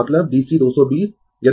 तो AC में shock DC से अधिक होगा